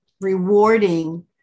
rewarding